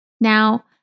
Now